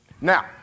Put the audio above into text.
Now